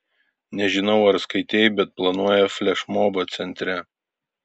nežinau ar skaitei bet planuoja flešmobą centre